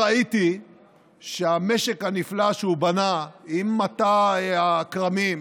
לאחרונה ראיתי שהמשק הנפלא שהוא בנה עם מטע הכרמים,